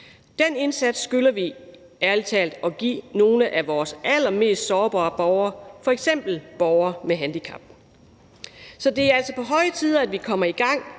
Den indsats skylder vi ærlig talt at give nogle af vores allermest sårbare borgere, f.eks. borgere med handicap. Så det er altså på høje tid, at vi kommer i gang